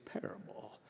parable